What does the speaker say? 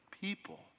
people